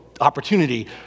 opportunity